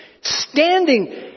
Standing